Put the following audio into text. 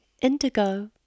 indigo